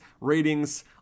ratings